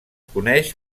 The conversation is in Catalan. coneix